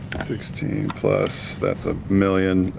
sixteen plus. that's a million.